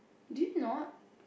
did you not